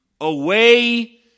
Away